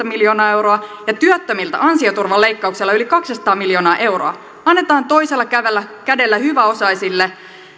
miljoonaa ja työttömiltä ansioturvaleikkauksella yli kaksisataa miljoonaa euroa annetaan toisella kädellä kädellä hyväosaisille